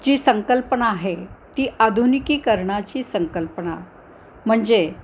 जी संकल्पना आहे ती आधुनिकीकरणाची संकल्पना म्हणजे